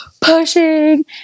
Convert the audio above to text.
pushing